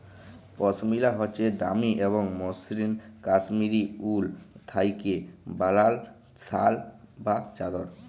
পশমিলা হছে দামি এবং মসৃল কাশ্মীরি উল থ্যাইকে বালাল শাল বা চাদর